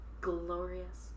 glorious